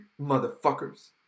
motherfuckers